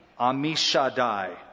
Amishadai